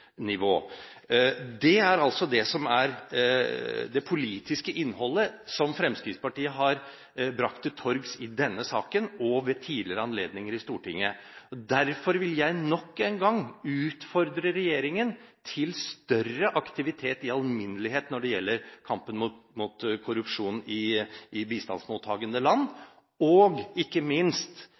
Det er altså det som er det politiske innholdet som Fremskrittspartiet har brakt til torgs i denne saken og ved tidligere anledninger i Stortinget. Derfor vil jeg nok en gang utfordre regjeringen til større aktivitet i alminnelighet når det gjelder kampen mot korrupsjon i bistandsmottakende land, og ikke minst